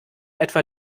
etwa